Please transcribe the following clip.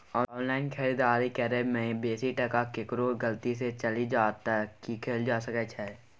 Online खरीददारी करै में बेसी टका केकरो गलती से चलि जा त की कैल जा सकै छै?